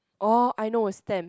orh I know stamp